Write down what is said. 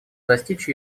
достичь